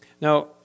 Now